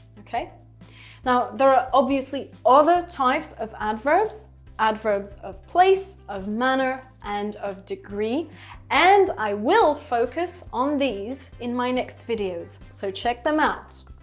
okay now there are obviously other types of adverbs adverbs of place of manner and of degree and i will focus on these in my next videos, so check them out.